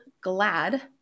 glad